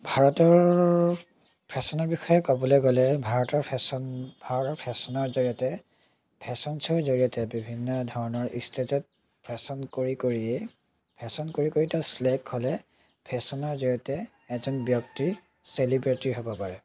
ভাৰতৰ ফেশ্বনৰ বিষয়ে ক'বলৈ গ'লে ভাৰতৰ ফেশ্বন ভাৰতৰ ফেশ্বনৰ জৰিয়তে ফেশ্বন শ্ব'ৰ জৰিয়তে বিভিন্ন ধৰণৰ ষ্টেজত ফেশ্বন কৰি কৰি তাত ছিলেক্ট হ'লে ফেশ্বনৰ জৰিয়তে এজন ব্যক্তি চেলিব্ৰেটি হ'ব পাৰে